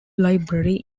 library